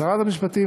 לשרת המשפטים,